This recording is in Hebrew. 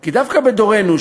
כי דווקא בדורנו,